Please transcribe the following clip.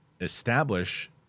establish